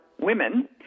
women